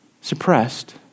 Suppressed